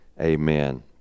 amen